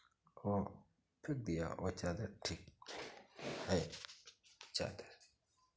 को फेंक दिया वो चादर ठीक है चादर